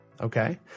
okay